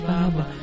Baba